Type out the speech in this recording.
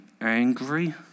angry